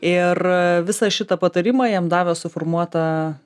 ir visą šitą patarimą jam davė suformuota